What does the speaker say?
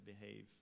behave